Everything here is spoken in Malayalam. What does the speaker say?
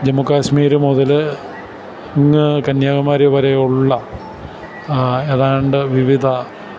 ജമ്മു കാശ്മീര് മുതല് ഇങ്ങ് കന്യാകുമാരി വരെയുള്ള ഏതാണ്ട് വിവിധ